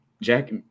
Jack